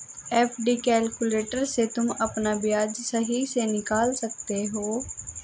FD calculator से तुम अपना ब्याज सही से निकाल सकते हो